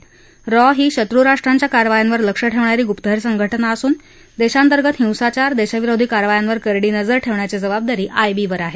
raw ही शत्रूराष्ट्रांच्या कारवायांवर लक्ष ठेवणारी गुप्तहेर संस्था असून देशांतर्गत हिंसाचार देशविरोधी कारवायांवर करडी नजर ठेवण्याची जबाबदारी आय बी वर आहे